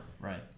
Right